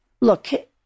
look